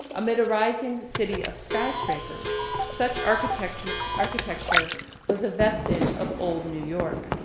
amid a rising city of skyscrapers, such architecture architecture was a vestige of old new york.